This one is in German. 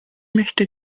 möchte